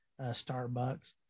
Starbucks